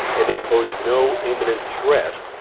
and they posed no imminent threat.